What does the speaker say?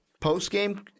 post-game